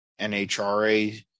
NHRA